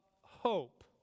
hope